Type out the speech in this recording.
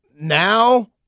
Now